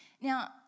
Now